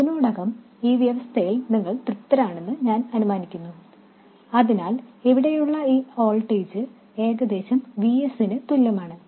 ഇതിനോടകം ഈ വ്യവസ്ഥയിൽ നിങ്ങൾ തൃപ്തരാണെന്ന് ഞാൻ അനുമാനിക്കുന്നു അതിനാൽ ഇവിടെയുള്ള ഈ വോൾട്ടേജ് ഏകദേശം Vs ന് തുല്യമാണ്